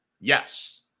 yes